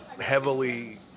heavily